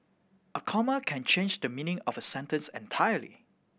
a comma can change the meaning of a sentence entirely